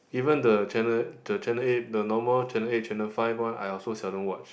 even the channel the channel eight the normal channel eight channel five one I also seldom watch